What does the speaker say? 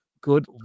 good